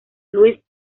louis